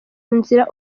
nzira